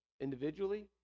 Individually